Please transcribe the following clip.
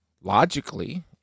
logically